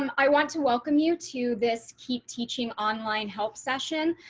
um i want to welcome you to this keep teaching online help session.